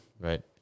Right